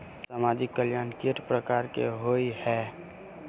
सामाजिक कल्याण केट प्रकार केँ होइ है?